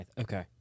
Okay